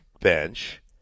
bench